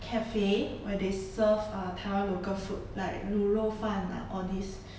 cafe where they serve uh taiwan local food like 卤肉饭 lah all these